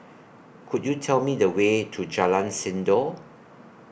Could YOU Tell Me The Way to Jalan Sindor